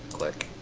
click,